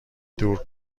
دور